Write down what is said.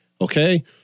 Okay